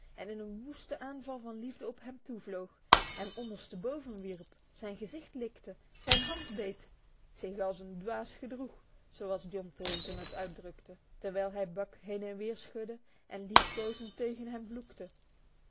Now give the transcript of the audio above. en in een woeste aanval van liefde op hem toevloog hem ondersteboven wierp zijn gezicht likte zijn hand beet zich als een dwaas gedroeg zoals john thornton het uitdrukte terwijl hij buck heen en weer schudde en liefkozend tegen hem vloekte